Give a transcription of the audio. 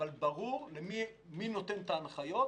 אבל ברור מי נותן את ההנחיות,